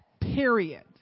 Period